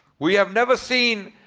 we have never seen